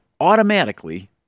automatically